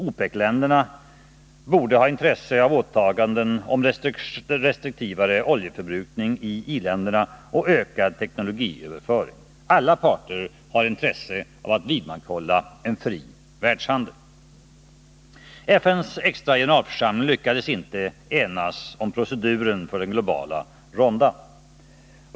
OPEC-länderna borde ha intresse av åtaganden om restriktivare oljeförbrukning i i-länderna och ökad teknologiöverföring. Alla parter har intresse av att vidmakthålla en fri världshandel. FN:s extra generalförsamling lyckades inte enas om proceduren för den globala rundan.